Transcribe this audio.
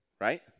right